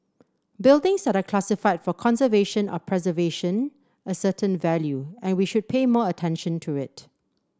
buildings that are classified for conservation or preservation a certain value and we should pay more attention to it